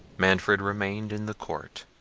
manfred remained in the court,